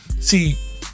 See